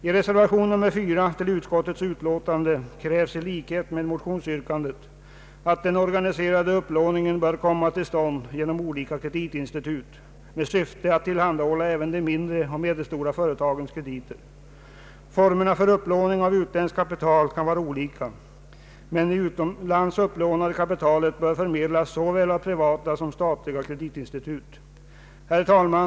I reservation 4a till bankoutskottets utlåtande krävs, liksom i motionsyrkandet, att den organiserade upplåningen skall komma till stånd genom olika kreditinstitut, med syfte att tillhandahålla även de mindre och medelstora företagen krediter. Formerna för upplåning av utländskt kapital kan vara olika, men det utomlands upplånade kapitalet bör förmedlas såväl av privata som av statliga kreditinstitut. Herr talman!